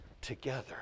together